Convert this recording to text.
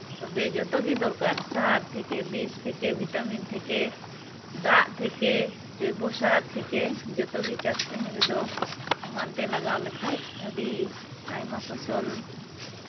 ᱛᱚᱵᱮ ᱡᱚᱛᱚᱜᱮ ᱫᱚᱨᱠᱟᱨ ᱥᱟᱨ ᱛᱷᱮᱠᱮ ᱵᱤᱥ ᱛᱷᱮᱠᱮ ᱵᱷᱤᱴᱟᱢᱤᱱ ᱛᱷᱮᱠᱮ ᱫᱟᱜ ᱛᱷᱮᱠᱮ ᱡᱳᱭᱵᱚ ᱥᱟᱨ ᱛᱷᱮᱠᱮ ᱡᱚᱛᱚᱜᱮ ᱪᱟᱥ ᱠᱟᱹᱢᱤ ᱨᱮᱫᱚ ᱥᱚᱢᱟᱱᱛᱮ ᱞᱟᱜᱟᱣ ᱞᱮᱠᱷᱟᱡ ᱟᱹᱰᱤ ᱟᱭᱢᱟ ᱯᱷᱚᱥᱚᱞ